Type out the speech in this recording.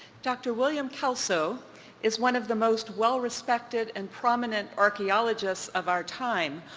dr. william kelso is one of the most well respected and prominent archaeologists of our time.